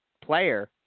player